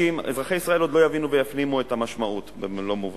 אזרחי ישראל עוד לא יבינו ויפנימו את המשמעות במלוא מובנה,